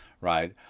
right